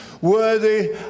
Worthy